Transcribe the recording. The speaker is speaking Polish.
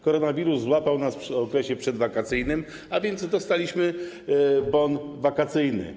Koronawirus złapał nas w okresie przedwakacyjnym, a więc dostaliśmy bon wakacyjny.